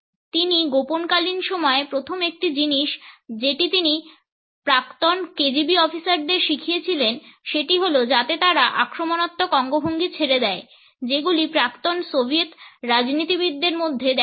তিনি গোপনকালীন সময় প্রথম একটি জিনিস যেটি তিনি প্রাক্তন KGB অফিসারদের শিখিয়েছিলেন সেটি হলো যাতে তারা আক্রমণাত্মক অঙ্গভঙ্গি ছেড়ে দেয় যেগুলি প্রাক্তন সোভিয়েত রাজনীতিবিদদের মধ্যে দেখা যায়